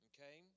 Okay